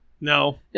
No